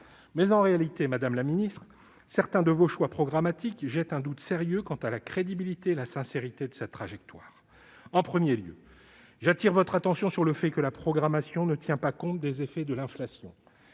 Mais, en réalité, madame la ministre, certains de vos choix programmatiques jettent un doute sérieux sur la crédibilité et la sincérité de cette trajectoire. Tout à fait. En premier lieu, j'attire votre attention sur le fait que la programmation ne tient pas compte des effets de l'inflation.